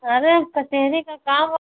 अरे कचहरी का काम